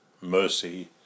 mercy